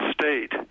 state